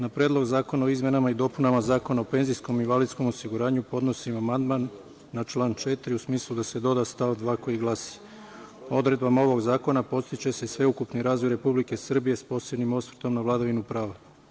Na Predlog zakona o izmenama i dopunama Zakona o penzijskom i invalidskom osiguranju podnosim amandman na član 4, u smislu da se doda stav 2. koji glasi: „Odredbama ovog zakona podstiče se sveukupni razvoj Republike Srbije, s posebnim osvrtom na vladavinu prava“